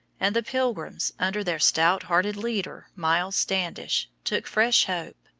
and the pilgrims, under their stout-hearted leader miles standish, took fresh hope.